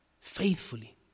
Faithfully